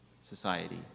society